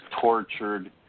tortured